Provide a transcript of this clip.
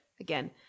Again